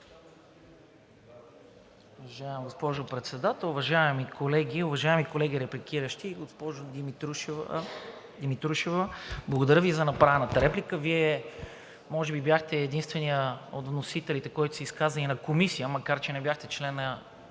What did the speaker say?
Уважаема госпожо Председател, уважаеми колеги, уважаеми колеги репликиращи! Госпожо Димитрушева, благодаря Ви за направената реплика. Вие може би бяхте единственият от вносителите, който се изказа и в Комисията, макар че не сте член